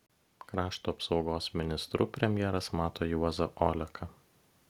krašto apsaugos ministru premjeras mato juozą oleką